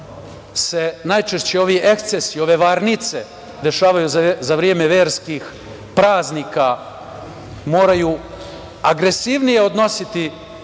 najčešće ovi ekscesi, ove varnice dešavaju za vreme verskih praznika moraju agresivnije odnositi